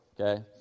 okay